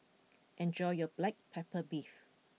enjoy your Black Pepper Beef